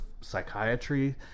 psychiatry